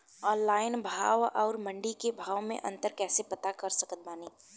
Online भाव आउर मंडी के भाव मे अंतर कैसे पता कर सकत बानी?